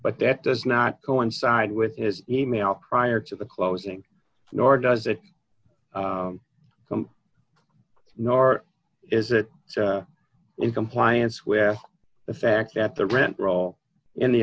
but that does not coincide with his e mail prior to the closing nor does it nor is it in compliance with the fact that the rent roll in the